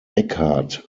eckhardt